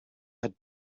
had